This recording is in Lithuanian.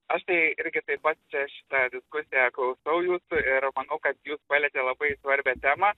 aš tai irgi taip pat čia šitą diskusija klausau jūsų ir manau kad jūs palietė labai svarbią temą